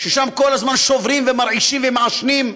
ששם כל זמן שוברים ומרעישים ומעשנים,